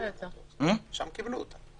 לשם קיבלו אותם.